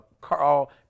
Carl